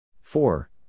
Four